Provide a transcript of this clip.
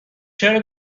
چرا